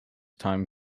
time